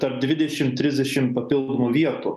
tarp dvidešim trisdešim papildomų vietų